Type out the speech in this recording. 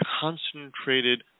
concentrated